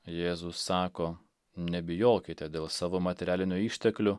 jėzus sako nebijokite dėl savo materialinių išteklių